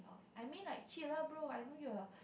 I mean like chill lah bro I know you are